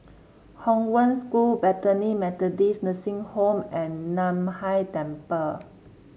Hong Wen School Bethany Methodist Nursing Home and Nan Hai Temple